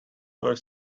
were